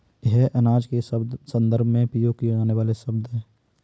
यह अनाज के संदर्भ में प्रयोग किया जाने वाला शब्द है